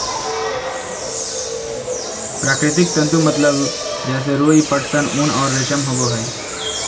प्राकृतिक तंतु मतलब जैसे रुई, पटसन, ऊन और रेशम होबो हइ